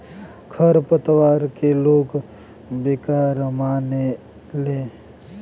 खर पतवार के लोग बेकार मानेले